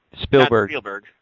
Spielberg